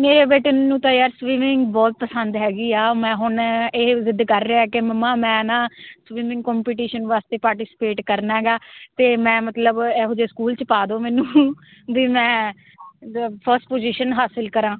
ਮੇਰੇ ਬੇਟੇ ਨੂੰ ਤਾਂ ਯਾਰ ਸਵੀਮਿੰਗ ਬਹੁਤ ਪਸੰਦ ਹੈਗੀ ਆ ਮੈਂ ਹੁਣ ਇਹ ਜ਼ਿੱਦ ਕਰ ਰਿਹਾ ਕਿ ਮਮਾ ਮੈਂ ਨਾ ਸਵੀਮਿੰਗ ਕੰਪਟੀਸ਼ਨ ਵਾਸਤੇ ਪਾਰਟੀਸੀਪੇਟ ਕਰਨਾ ਹੈਗਾ ਤਾਂ ਮੈਂ ਮਤਲਬ ਇਹੋ ਜਿਹੇ ਸਕੂਲ 'ਚ ਪਾ ਦਿਓ ਮੈਨੂੰ ਵੀ ਮੈਂ ਦ ਫਸਟ ਪੁਜੀਸ਼ਨ ਹਾਸਿਲ ਕਰਾਂ